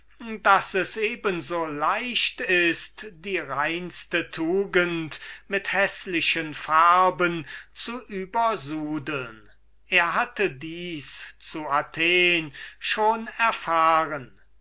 daß es eben so leicht ist die reineste tugend mit verhaßten farben zu übersudeln er hatte dieses zu athen schon erfahren